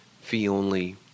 fee-only